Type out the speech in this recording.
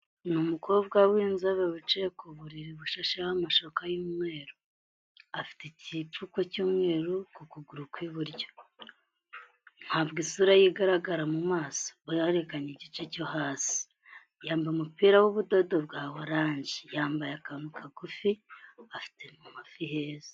Ni umukobwa w'inzobe wicaye ku buriri bushasheho amashuka y'umweru, afite igipfuko cy'umweru ku kuguru ku iburyo, ntabwo isura ye igaragara mu maso, berekanye igice cyo hasi, yambaye umupira w'ubudodo bwa oranje, yambaye akantu kagufi, afite mu mavi heza.